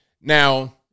Now